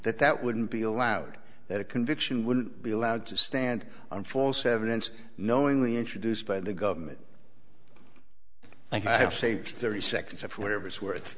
that that wouldn't be allowed that a conviction wouldn't be allowed to stand on false evidence knowingly introduced by the government i have saved thirty seconds of whatever's worth